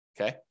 okay